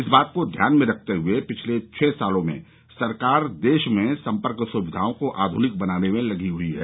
इस बात को ध्यान में रखते हुए पिछले छह सालों में सरकार देश में संपर्क सुविधाओं को आधुनिक बनाने में लगी हुई है